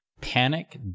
panic